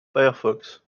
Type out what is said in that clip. firefox